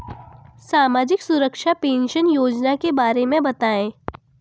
सामाजिक सुरक्षा पेंशन योजना के बारे में बताएँ?